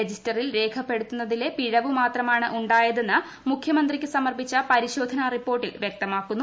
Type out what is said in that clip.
രജിസ്റ്ററിൽ രേഖപ്പെടുത്തുന്നതിലെ പിഴവ് മാത്രമാണ് ഉണ്ടായതെന്ന് മുഖ്യമന്ത്രിക്ക് സമർപ്പിച്ച പരിശോധനാ റിപ്പോർട്ടിൽ വ്യക്തമാക്കുന്നു